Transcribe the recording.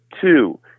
Two